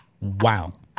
Wow